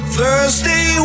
Thursday